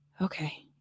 okay